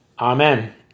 Amen